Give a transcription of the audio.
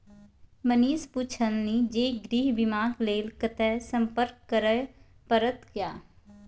मनीष पुछलनि जे गृह बीमाक लेल कतय संपर्क करय परत?